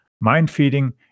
mind-feeding